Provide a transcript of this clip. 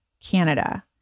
canada